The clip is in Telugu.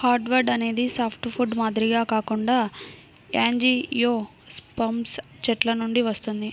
హార్డ్వుడ్ అనేది సాఫ్ట్వుడ్ మాదిరిగా కాకుండా యాంజియోస్పెర్మ్ చెట్ల నుండి వస్తుంది